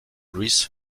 rees